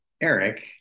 Eric